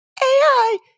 AI